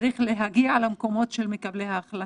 וצריך להגיע למקומות של מקבלי ההחלטות,